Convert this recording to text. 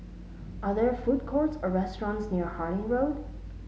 are there food courts or restaurants near Harding Road